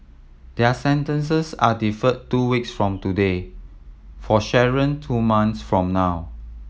their sentences are deferred two weeks from today for Sharon two month from now